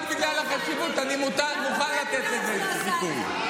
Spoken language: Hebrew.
רק בגלל החשיבות אני מוכן לתת לזה סיכוי.